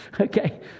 Okay